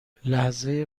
لحظه